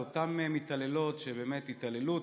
אותן מתעללות שבאמת התעללו,